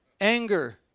Anger